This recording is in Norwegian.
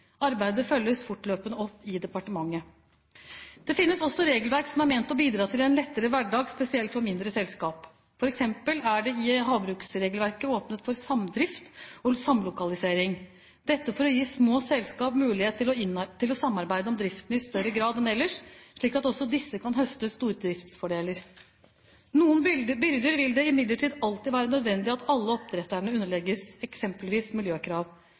Arbeidet følges fortløpende opp i departementet. Det finnes også regelverk som er ment å bidra til en lettere hverdag spesielt for mindre selskap. For eksempel er det i havbruksregelverket åpnet for samdrift og samlokalisering, dette for å gi små selskap mulighet til å samarbeide om driften i større grad enn ellers, slik at også disse kan høste stordriftsfordeler. Noen byrder vil det imidlertid alltid være nødvendig at alle oppdretterne underlegges, eksempelvis miljøkrav.